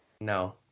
No